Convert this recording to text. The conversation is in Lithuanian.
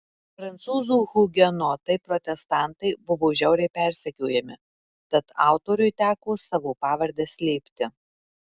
prancūzų hugenotai protestantai buvo žiauriai persekiojami tad autoriui teko savo pavardę slėpti